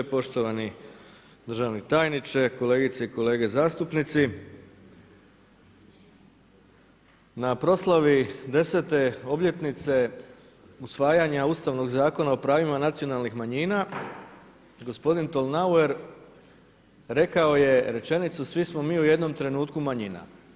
Poštovani državni tajniče, kolegice i kolege zastupnici, na proslavi 10 obljetnice usvajanja ustavnog zakona o pravima nacionalnih manjina, gospodin Tolnauer, rekao je rečenicu, svi smo mi u jednom trenutku manjina.